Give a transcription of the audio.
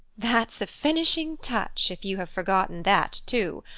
that's the finishing touch, if you have forgotten that too.